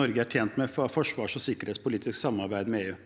Norge er tjent med å ha et forsvars- og sikkerhetspolitisk samarbeid med EU.